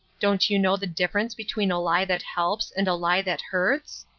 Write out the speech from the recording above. don't you know the difference between a lie that helps and a lie that hurts?